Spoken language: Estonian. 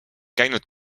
käinud